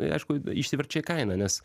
aišku išsiverčia į kainą nes